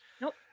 nope